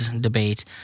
debate